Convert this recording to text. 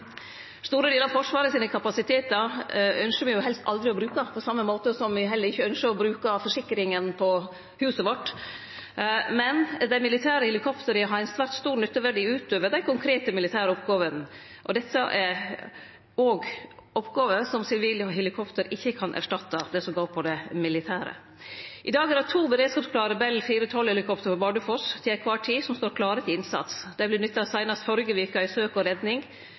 Store delar av Forsvarets kapasitetar ønskjer me jo helst aldri å bruke, på same måten som me heller ikkje ønskjer å bruke forsikringa på huset vårt. Dei militære helikoptera har ein svært stor nytteverdi utover dei konkrete militære oppgåvene. Dette er òg oppgåver som sivile helikopter ikkje kan erstatte – det som går på det militære. I dag er det to beredskapsklare Bell 412-helikopter på Bardufoss til kvar tid som står klare til innsats. Dei vart nytta seinast førre veke i søk og redning